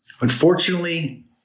unfortunately